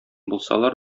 булсалар